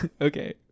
Okay